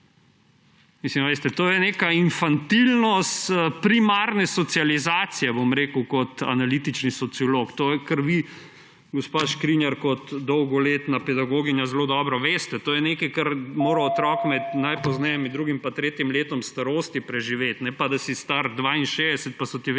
v lockdown. To je neka infantilnost primarne socializacije, bom rekel kot analitični sociolog. To, kar vi, gospa Škrinjar, kot dolgoletna pedagogija zelo dobro veste. To je nekaj, kar mora otrok najpozneje med drugim in tretjim letom starosti preživeti, ne pa da si star 62 pa so vedno